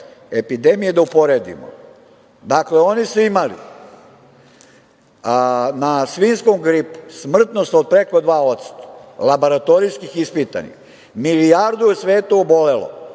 epidemije, da uporedimo. Dakle, oni su imali na svinjskom gripu smrtnost od preko 2%, laboratorijski ispitanih. Milijardu je u svetu obolelo,